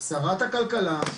שרת הכלכלה,